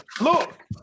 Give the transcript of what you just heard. look